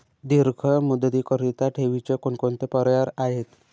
दीर्घ मुदतीकरीता ठेवीचे कोणकोणते पर्याय आहेत?